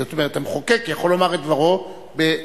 זאת אומרת המחוקק יכול לומר את דברו בחוק,